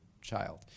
child